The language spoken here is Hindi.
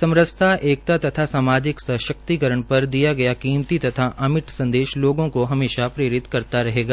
समरसता एकता तथा सामाजिक सशक्तिकरण पर बल गया कीमती तथा अमिट संदेश लोगों को हमेशा प्रेरित रहेगा